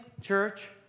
church